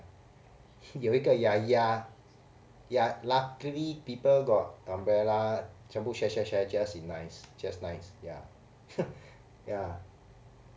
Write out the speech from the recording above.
有一个 ya ya ya luckily people got umbrella 全部 share share share just nice just nice ya